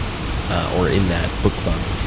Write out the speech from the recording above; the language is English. or in that book club.